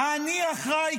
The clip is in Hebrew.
אני אחראי,